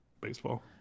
baseball